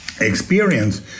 experience